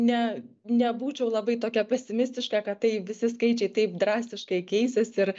ne nebūčiau labai tokia pesimistiška kad tai visi skaičiai taip drastiškai keisis ir